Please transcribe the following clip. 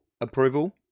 approval